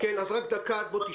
עוד מעט.